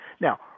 Now